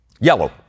yellow